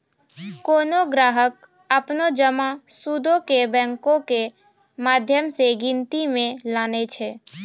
कोनो ग्राहक अपनो जमा सूदो के बैंको के माध्यम से गिनती मे लानै छै